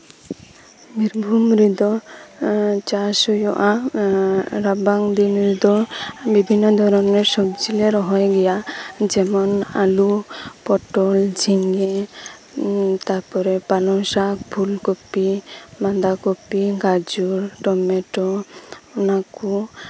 ᱵᱤᱨᱵᱷᱩᱢ ᱨᱮᱫᱚ ᱪᱟᱥ ᱦᱳᱭᱳᱜᱼᱟ ᱨᱟᱵᱟᱝ ᱫᱤᱱ ᱨᱮᱫᱚ ᱵᱤᱵᱷᱤᱱᱱᱚ ᱫᱷᱚᱨᱚᱱᱮᱨ ᱥᱚᱵᱽᱡᱤ ᱞᱮ ᱨᱚᱦᱚᱭ ᱜᱮᱭᱟ ᱡᱮᱢᱚᱱ ᱟᱹᱞᱩ ᱯᱚᱴᱚᱞ ᱡᱷᱤᱸᱜᱟᱹ ᱛᱟᱨᱯᱚᱨᱮ ᱯᱟᱞᱚᱝ ᱥᱟᱠ ᱯᱷᱩᱞᱠᱚᱯᱤ ᱵᱟᱸᱫᱟ ᱠᱚᱯᱤ ᱜᱟᱡᱚᱨ ᱴᱚᱢᱮᱴᱳ ᱚᱱᱟᱠᱚ